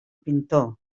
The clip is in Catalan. pintor